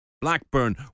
Blackburn